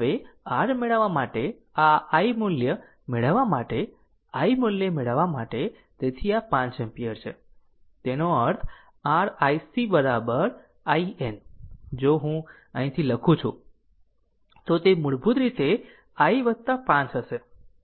હવે r મેળવવા માટે આ i મુલ્ય મેળવવા માટે i મુલ્ય મેળવવા માટે તેથી આ 5 એમ્પીયર છે તેનો અર્થ r iSC IN જો હું અહીંથી લખું છું તો તે મૂળભૂત રીતે i 5 હશે